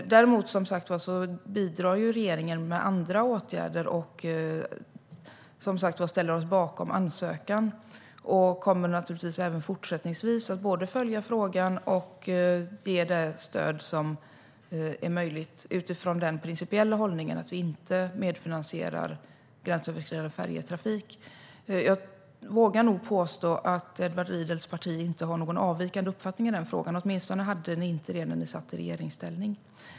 Däremot bidrar regeringen som sagt med andra åtgärder och ställer sig bakom ansökan. Regeringen kommer även fortsättningsvis att både följa frågan och ge det stöd som är möjligt utifrån den principiella hållningen att vi inte medfinansierar gränsöverskridande färjetrafik. Jag vågar nog påstå att ditt parti inte har någon avvikande uppfattning i den frågan, Edward Riedl. Åtminstone hade ni inte det när ni satt i regeringsställning.